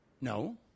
No